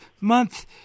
month